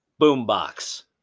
boombox